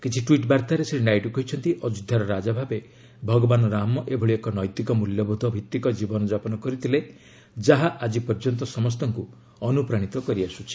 କିଛି ଟ୍ୱିଟ୍ ବାର୍ତ୍ତାରେ ଶ୍ରୀ ନାଇଡୁ କହିଛନ୍ତି ଅଯୋଧ୍ୟାର ରାଜା ଭାବେ ଭଗବାନ ରାମ ଏଭଳି ଏକ ନୈତିକ ମ୍ବଲ୍ୟବୋଧ ଭିତ୍ତିକ ଜୀବନଯାପନ କରିଥିଲେ ଯାହା ଆଜି ପର୍ଯ୍ୟନ୍ତ ସମସ୍ତଙ୍କ ଅନୁପ୍ରାଣୀତ କରିଆସ୍ରଛି